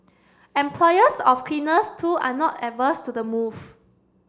employers of cleaners too are not averse to the move